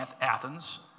Athens